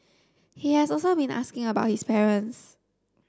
he has also been asking about his parents